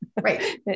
right